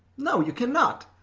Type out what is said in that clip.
no, you cannot.